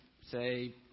say